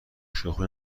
شوخی